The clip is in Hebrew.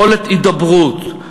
יכולת הידברות,